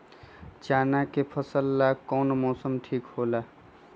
चाना के फसल ला कौन मौसम ठीक होला?